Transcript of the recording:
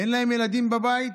אין להן ילדים בבית?